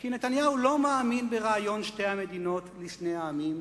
כי נתניהו לא מאמין ברעיון שתי המדינות לשני העמים,